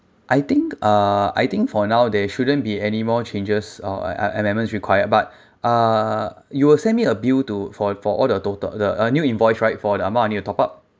I think uh I think for now there shouldn't be anymore changes or amendments required but uh you will send me a bill to for for all the total the new invoice right for the amount I need to top up